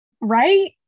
Right